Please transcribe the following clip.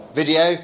video